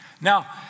Now